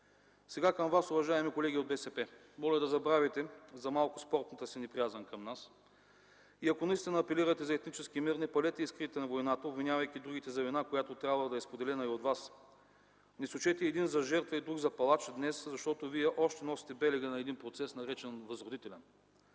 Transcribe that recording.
Сега към вас, уважаеми колеги от БСП! Моля да забравите за малко спортната си неприязън към нас и ако наистина апелирате за етнически мир, не палете искрите на войната, обвинявайки другите за вина, която трябва да е споделена и от вас. Не сочете един за жертва и друг за палач днес, защото вие още носите белега на един процес, наречен „възродителен”.